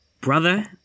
Brother